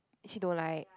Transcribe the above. she don't like